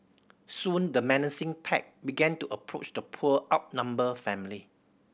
soon the menacing pack began to approach the poor outnumbered family